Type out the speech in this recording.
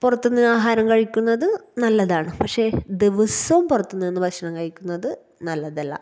പുറത്തു നിന്ന് ആഹാരം കഴിക്കുന്നത് നല്ലതാണ് പക്ഷെ ദിവസവും പുറത്ത്നിന്ന് ഭക്ഷണം കഴിക്കുന്നത് നല്ലതല്ല